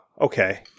Okay